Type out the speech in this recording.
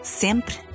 sempre